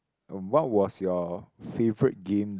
wh~ what was your favourite game